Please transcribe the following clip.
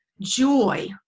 joy